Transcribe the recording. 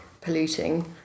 polluting